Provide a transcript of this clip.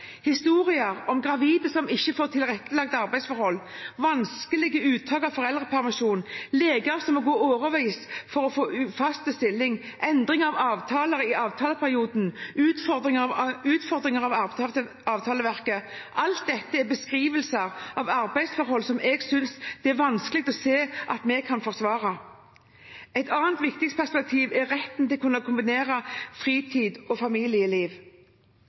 Historier om gravide som ikke får tilrettelagte arbeidsforhold, om vanskelig uttak av foreldrepermisjon, om leger som må gå i årevis for å få fast stilling, om endring av avtaler i avtaleperioden, om utfordringer av avtaleverket – alt dette er beskrivelser av arbeidsforhold som jeg synes det er vanskelig å se at vi kan forsvare. Et annet viktig perspektiv er retten til å kunne kombinere arbeid med fritid og familieliv.